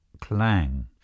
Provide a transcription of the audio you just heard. Clang